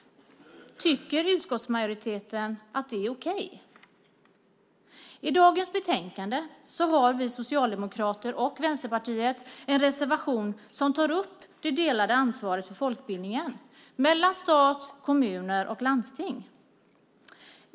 Tycker utskottsmajoriteten att det är okej? I detta betänkande har vi socialdemokrater och Vänsterpartiet en reservation som tar upp det delade ansvaret för folkbildningen mellan stat, kommuner och landsting.